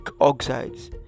oxides